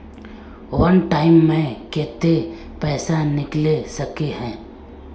वन time मैं केते पैसा निकले सके है?